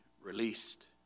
released